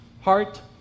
heart